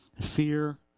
fear